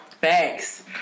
thanks